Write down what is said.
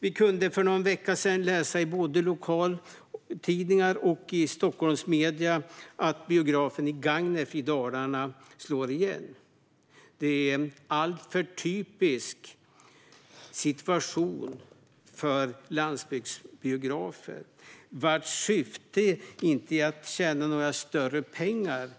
Vi kunde för någon vecka sedan läsa i både lokaltidningar och Stockholmsmedier att biografen i Gagnef i Dalarna slår igen. Det är en alltför typisk situation för landsbygdsbiografer, vars syfte inte är att tjäna några större pengar.